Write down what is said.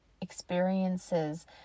experiences